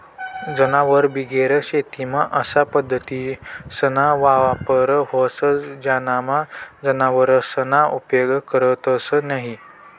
जनावरबिगेर शेतीमा अशा पद्धतीसना वापर व्हस ज्यानामा जनावरसना उपेग करतंस न्हयी